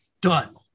done